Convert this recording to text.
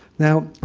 now,